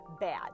bad